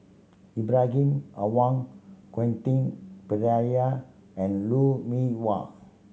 Ibrahim Awang Quentin Pereira and Lou Mee Wah